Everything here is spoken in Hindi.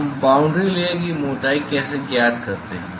हम बाउंड्री लेयर की मोटाई कैसे ज्ञात करते हैं